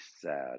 sad